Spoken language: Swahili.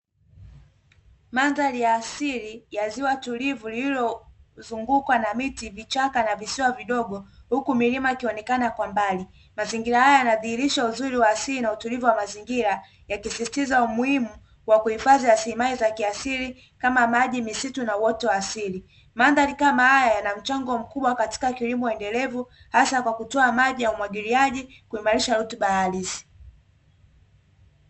Mandhari ya asili ya ziwa tulivu lililozungukwa na miti, vichaka na visiwa vidogo huku milima ikioneka kwa mbali. Mazingira haya yanadhihirisha uzuri wa asili na utulivu wa mazingira yakisisitiza umuhimu wa kuhifadhi rasilimali za kiasili kama maji, misitu na uoto wa asili. Mandhari kama haya yana mchango mkubwa katika kilimo endelevu hasa kwa kutoa maji ya umwagiliaji, kuimarisha rutuba ya ardhi.